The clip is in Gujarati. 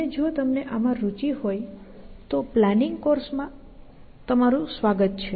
અને જો તમને આમાં રુચિ હોય તો પ્લાનિંગ કોર્સ માં તમારું સ્વાગત છે